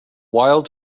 wild